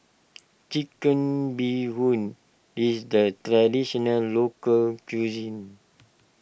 Chicken Bee Hoon is the Traditional Local Cuisine